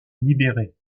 libérés